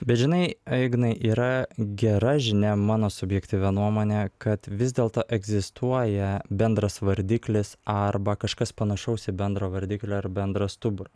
bet žinai ignai yra gera žinia mano subjektyvia nuomone kad vis dėlto egzistuoja bendras vardiklis arba kažkas panašaus į bendro vardiklio ar bendrą stuburą